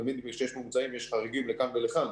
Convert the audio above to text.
תמיד כשיש ממוצעים יש חריגים לכאן ולכאן.